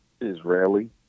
Israeli